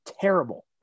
terrible